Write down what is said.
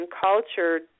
culture